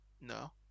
No